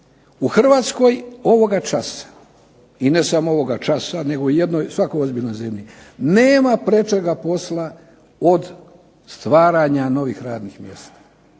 u Hrvatskoj ovoga časa i ne samo ovoga časa, nego u svakoj ozbiljnoj zemlji, nema prečega posla od stvaranja novih radnih mjesta.